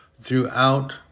throughout